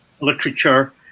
literature